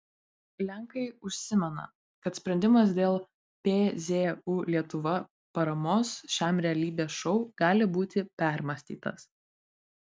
lenkai užsimena kad sprendimas dėl pzu lietuva paramos šiam realybės šou gali būti permąstytas